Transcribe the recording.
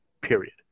period